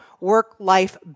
work-life